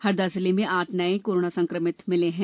हरदा जिले में आठ नये कोरोना संक्रमित मरीज मिले हैं